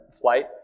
flight